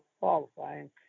qualifying